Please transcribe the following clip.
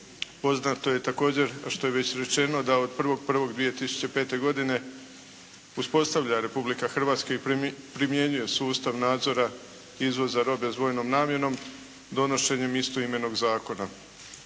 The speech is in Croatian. Poznato je također što je već rečeno da od 1.1.2005. godine uspostavlja Republika Hrvatska i primjenjuje sustav nadzora izvoza robe s dvojnom namjenom donošenjem istoimenog zakona.